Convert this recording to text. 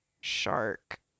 shark